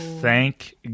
Thank